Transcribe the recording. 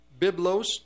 Biblos